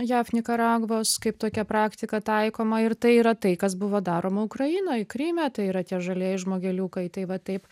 jav nikaragvos kaip tokia praktika taikoma ir tai yra tai kas buvo daroma ukrainoj kryme tai yra tie žalieji žmogeliukai tai va taip